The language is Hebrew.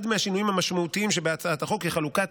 אחד מהשינויים המשמעותיים שבהצעת החוק היא חלוקת